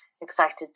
excited